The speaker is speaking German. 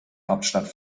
hauptstadt